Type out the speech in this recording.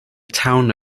town